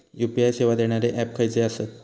UPI सेवा देणारे app खयचे आसत?